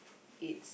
it's